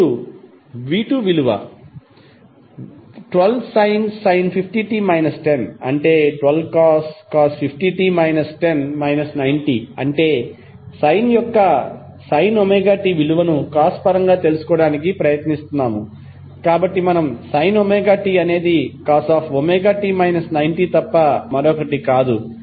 ఇప్పుడు v2విలువ 12sin 50t 10 అంటే 12cos అంటే మనం సైన్ యొక్క sin ωt విలువను కాస్ పరంగా తెలుసుకోవడానికి ప్రయత్నిస్తున్నాము కాబట్టి మనం sin ωt అనేది cos ωt 90 తప్ప మరొకటి కాదు